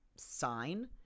sign